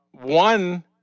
One